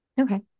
Okay